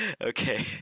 okay